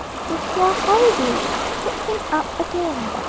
who swore horribly and put him up again.